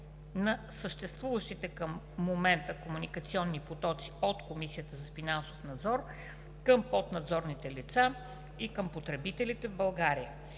на съществуващите към момента комуникационни потоци от Комисията за финансов надзор към поднадзорните лица и към потребителите в България.